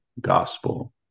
gospel